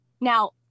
Now